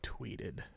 tweeted